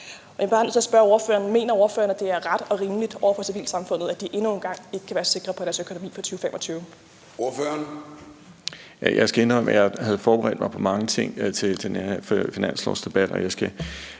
bare nødt til at spørge ordføreren: Mener ordføreren, at det er ret og rimeligt over for civilsamfundet, at de endnu en gang ikke kan være sikre på deres økonomi for 2025?